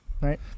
Right